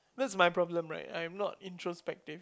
that's my problem right I'm not introspective